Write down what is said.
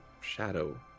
shadow